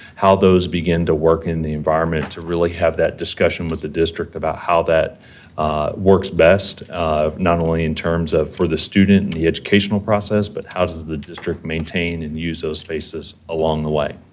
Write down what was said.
how those begin to work in the environment to really have that discussion with the district about how that works best, not only in terms of for the student and the educational process, but how does the district maintain and use those spaces along the way?